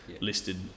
listed